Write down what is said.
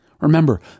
Remember